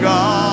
God